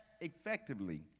effectively